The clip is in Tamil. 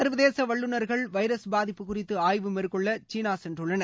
சர்வதேச வல்லுநர்கள் வைரஸ் பாதிப்பு குறித்து ஆய்வு மேற்கொள்ள சீனா சென்றுள்ளனர்